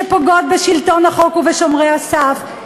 שפוגעות בשלטון החוק ובשומרי הסף.